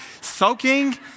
soaking